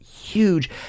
huge